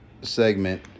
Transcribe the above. segment